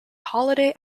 holiday